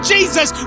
Jesus